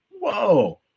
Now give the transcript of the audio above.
Whoa